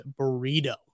burrito